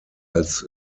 als